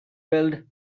whirled